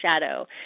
shadow